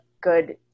good